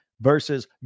versus